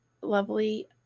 lovely